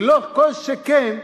וכל שכן,